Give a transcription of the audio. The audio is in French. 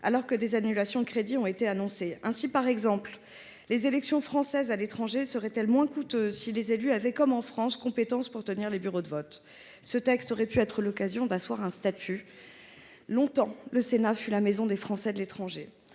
domaine des annulations de crédits ont été annoncées. Par exemple, les élections françaises à l’étranger seraient moins coûteuses si les élus y avaient compétence, comme en France, pour tenir les bureaux de vote. Ce texte aurait pu être l’occasion d’asseoir pour eux un statut. Longtemps, le Sénat fut la maison des Français de l’étranger.